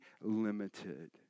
limited